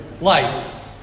Life